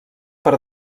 per